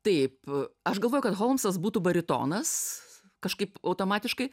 taip aš galvoju kad holmsas būtų baritonas kažkaip automatiškai